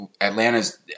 Atlanta's